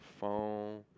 phone